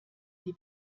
die